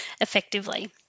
effectively